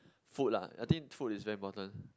food lah I think food is very important